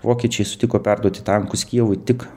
vokiečiai sutiko perduoti tankus kijevui tik